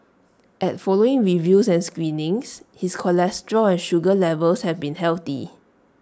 at following reviews and screenings his cholesterol and sugar levels have been healthy